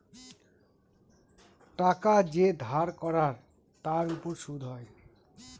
টাকা যে ধার করায় তার উপর সুদ হয়